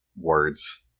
words